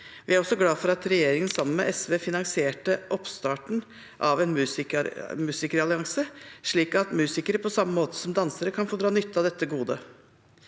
Vi er også glad for at regjeringen sammen med SV finansierte oppstarten av en musikerallianse, slik at musikere på samme måte som dansere kan få dra nytte av dette godet.